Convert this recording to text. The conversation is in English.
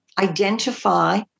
identify